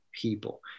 people